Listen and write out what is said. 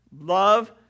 love